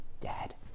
dad